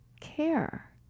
care